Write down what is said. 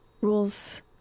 rules